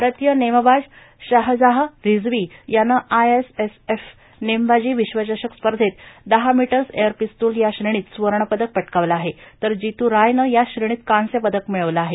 भारतीय नेमबाज शाहझार रिम्नवी यानं आयएसएसएफ नेमबाजी विश्वचषक स्पर्धेत दहा मीटर्स एअर पिस्तुल या श्रेणीत सुवर्णपदक पटकावलं आहे तर जितू रायनं याच श्रेणीत कांस्य पदक मिळवलं आहे